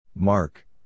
Mark